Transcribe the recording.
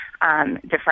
different